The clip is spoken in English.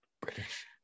British